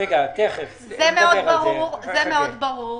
זה מאוד ברור.